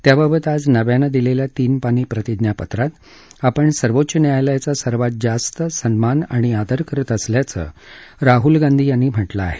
त्याबाबत आज नव्यान दिलेल्या तीन पानी प्रतिज्ञा पत्रात आपण सर्वोच्च न्यायालयाचा सर्वात जास्त सन्मान आणि आदर करत असल्याचं राहुल गांधी यांनी म्हटलं आहे